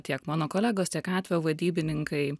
tiek mano kolegos tiek atvejo vadybininkai